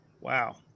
Wow